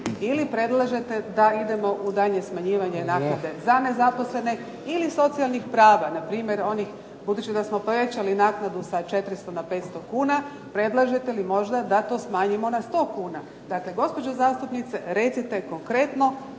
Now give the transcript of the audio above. ili predlažete da idemo u daljnje smanjivanje naknade za nezaposlene ili socijalnih prava. Na primjer onih budući da smo povećali naknadu sa 400 na 500 kuna. Predlažete li možda da to smanjimo na 100 kuna. Dakle, gospođo zastupnice recite konkretno,